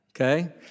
Okay